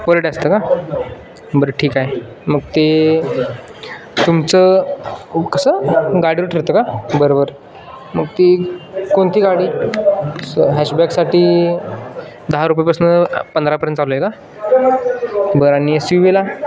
परडे असतं का बरं ठीक आहे मग ते तुमचं कसं गाडीवर ठरतं का बरं बरं मग ती कोणती गाडी स हॅशबॅकसाठी दहा रुपयेपासून पंधरापर्यंत चालू आहे का बरं आणि एस यू वीला